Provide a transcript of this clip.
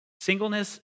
singleness